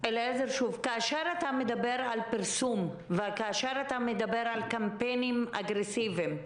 כאשר אתה מדבר על פרסום וכאשר אתה מדבר על קמפיינים אגרסיביים,